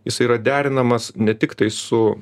jisai yra derinamas ne tiktai su